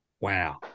Wow